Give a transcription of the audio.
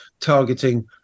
targeting